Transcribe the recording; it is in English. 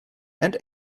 and